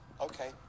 Okay